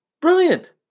Brilliant